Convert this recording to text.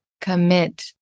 commit